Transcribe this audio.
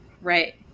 right